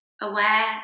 aware